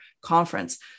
conference